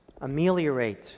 ameliorate